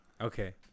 Okay